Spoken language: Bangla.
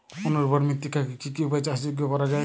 অনুর্বর মৃত্তিকাকে কি কি উপায়ে চাষযোগ্য করা যায়?